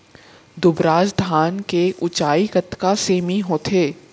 दुबराज धान के ऊँचाई कतका सेमी होथे?